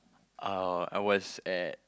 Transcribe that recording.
uh I was at